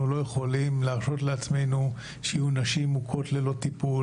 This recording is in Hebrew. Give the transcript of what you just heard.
אנחנו לא יכולים להרשות לעצמנו שיהיו נשים מוכות ללא טיפול,